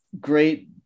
great